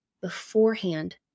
beforehand